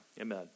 Amen